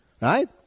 Right